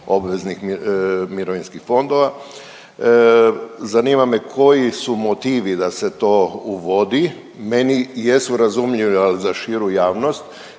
obveznih mirovinskih fondova. Zanima me koji su motivi da se to uvodi, meni jesu razumljivi ali za širu javnost